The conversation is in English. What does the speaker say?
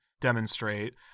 demonstrate